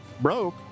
broke